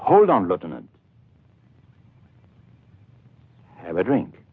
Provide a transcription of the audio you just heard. hold on let them have a drink